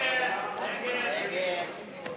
הצעת סיעות חד"ש